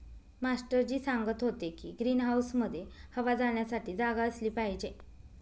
master ji सांगत होते की ग्रीन हाऊसमध्ये हवा जाण्यासाठी जागा असली पाहिजे